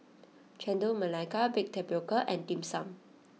Chendol Melaka Baked Tapioca and Dim Sum